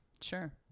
Sure